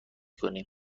کنیم